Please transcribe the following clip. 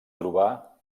trobar